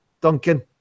Duncan